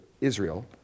Israel